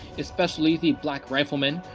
especially the black riflemen,